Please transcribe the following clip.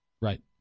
Right